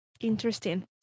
Interesting